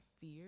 fear